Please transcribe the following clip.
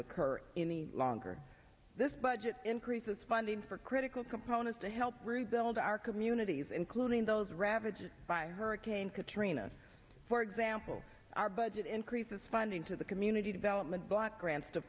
occur in the longer this budget increases funding for critical components to help rebuild our communities including those ravaged by hurricane katrina for example our budget increases funding to the community development block grants to